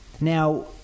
Now